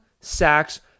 sacks